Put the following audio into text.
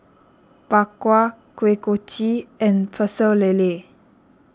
Bak Kwa Kuih Kochi and Pecel Lele